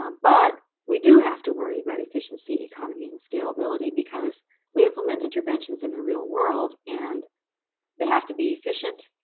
um but we do have to worry about efficiency, economy, and scalability because we implement interventions in the real world. and they have to be efficient.